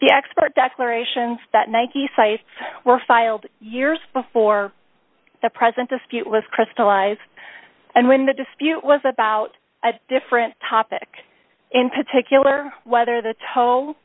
the expert declarations that nike sites were filed years before the present dispute was crystallized and when the dispute was about a different topic in particular whether the toll